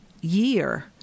year